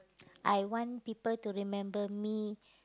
I want people to remember me